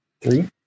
three